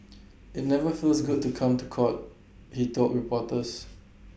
IT never feels good to come to court he told reporters